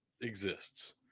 exists